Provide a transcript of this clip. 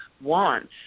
wants